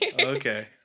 Okay